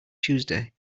tuesday